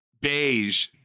beige